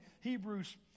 Hebrews